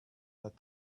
that